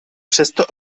přesto